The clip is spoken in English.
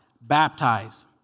Baptize